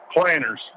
Planners